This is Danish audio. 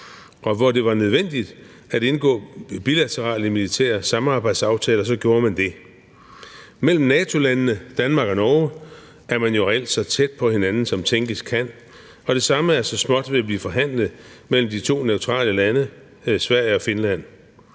Og hvor det var nødvendigt at indgå bilaterale militære samarbejdsaftaler, gjorde man det. Mellem NATO-landene Danmark og Norge er man jo reelt så tæt på hinanden, som tænkes kan, og det samme er så småt ved at blive forhandlet mellem de to neutrale lande Sverige og Finland.